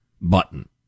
button